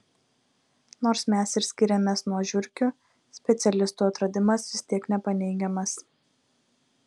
nors mes ir skiriamės nuo žiurkių specialistų atradimas vis tiek nepaneigiamas